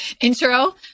intro